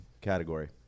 category